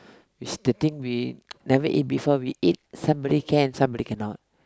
with the thing we never eat before we eat somebody can somebody cannot